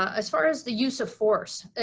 ah as far as the use of force.